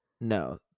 No